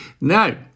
now